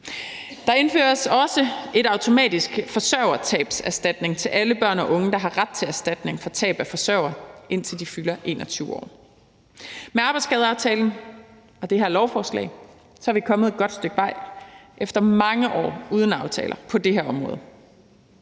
Der indføres også en automatisk forsørgertabserstatning til alle børn og unge, der har ret til erstatning for tab af forsørger, indtil de fylder 21 år. Med arbejdsskadeaftalen og det her lovforslag er vi kommet et godt stykke vej efter mange år uden aftaler på det her område,